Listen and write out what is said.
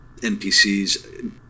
NPCs